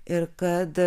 ir kad